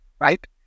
right